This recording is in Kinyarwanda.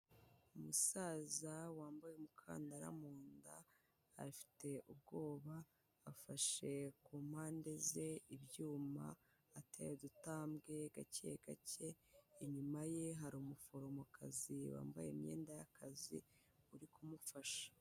Umusaza wambaye umukandara mu nda, afite ubwoba, afashe ku mpande ze ibyuma, ateye udutambwe gake gake, inyuma ye hari umuforomokazi, wambaye imyenda y'akazi, uri kumufasha.